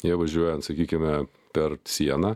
jie važiuoja sakykime per sieną